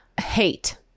hate